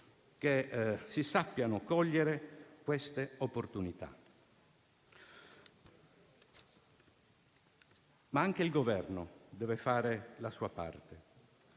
che si sappiano cogliere queste opportunità, ma anche il Governo deve fare la sua parte